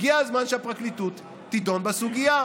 הגיע הזמן שהפרקליטות תדון בסוגיה.